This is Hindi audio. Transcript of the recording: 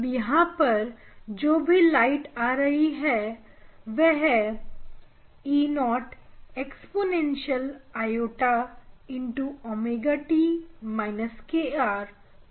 अब यहां पर जो भी लाइट आ रही है वह Eo Exp i wt KR KYSin𝛉 dy है